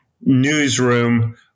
newsroom